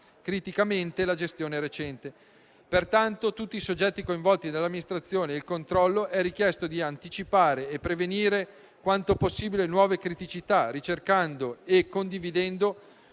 criticamente la gestione recente. Pertanto, a tutti i soggetti coinvolti nell'amministrazione e nel controllo è richiesto di anticipare e prevenire quanto possibile nuove criticità, ricercando e condividendo